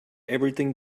everything